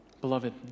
Beloved